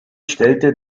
stellte